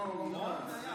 לא, רון כץ.